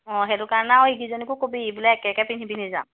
অঁ সেইটো কাৰণেও এইকেইজনীকো ক'বি বোলে একে একে পিন্ধি যাম